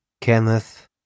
Kenneth